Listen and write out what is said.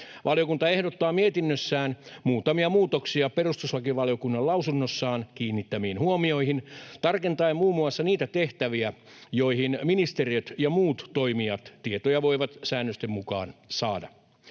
Valiokunta ehdottaa mietinnössään muutamia muutoksia perustuslakivaliokunnan lausunnossaan kiinnittämiin huomioihin tarkentaen muun muassa niitä tehtäviä, joihin ministeriöt ja muut toimijat tietoja voivat säännösten mukaan saada.